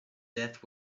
death